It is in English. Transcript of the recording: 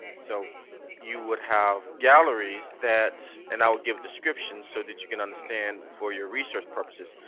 so you would have galleries that and i will give descriptions so that you can understand for your research purposes.